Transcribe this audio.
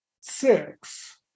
six